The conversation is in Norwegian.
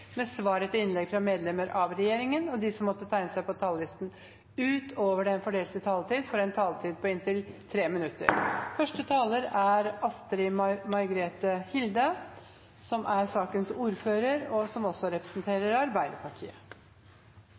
med svar etter innlegg fra medlemmer av regjeringen, og de som måtte tegne seg på talerlisten utover den fordelte taletid, får også en taletid på inntil 3 minutter. Dette er et representantforslag som